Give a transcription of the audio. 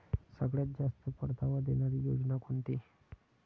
सगळ्यात जास्त परतावा देणारी योजना कोणती?